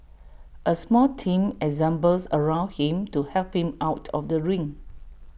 A small team assembles around him to help him out of the ring